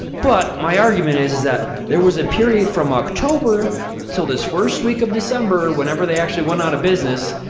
but my argument is is that there was a period from october til this first week of december, whenever they actually went out of business,